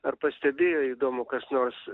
ar pastebėjo įdomu kas nors